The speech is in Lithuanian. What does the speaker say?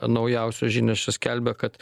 naujausios žinios čia skelbia kad